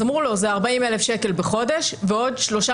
אמרו לו שזה 40,000 שקלים בחודש ועוד שלושה